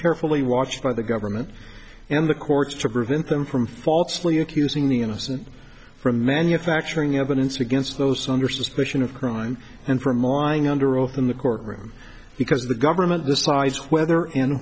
carefully watched by the government and the courts to prevent them from falsely accusing the innocent from manufacturing evidence against those under suspicion of crime and from lying under oath in the courtroom because the government decides whether and